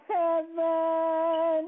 heaven